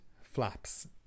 flaps